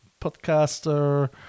podcaster